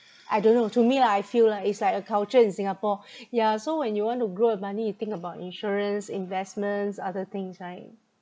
I don't know to me lah I feel lah it's like a culture in singapore yeah so when you want to grow your money you think about insurance investments other things right